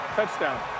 Touchdown